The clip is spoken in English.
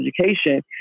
education